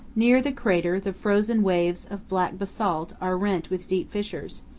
near the crater the frozen waves of black basalt are rent with deep fissures,